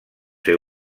ser